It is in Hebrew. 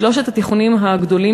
בשלושת התיכונים הגדולים